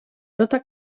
tota